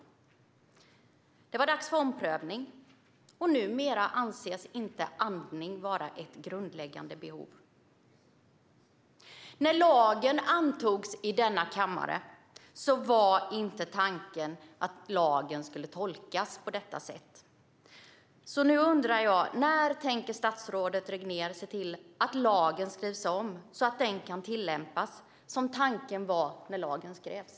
När det var dags för omprövning blev beskedet att andning numera inte anses vara ett grundläggande behov. När lagen antogs i denna kammare var inte tanken att lagen skulle tolkas på detta sätt. Nu undrar jag: När tänker statsrådet Regnér se till att lagen skrivs om så att den kan tillämpas som tanken var när den skrevs?